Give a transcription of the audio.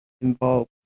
involved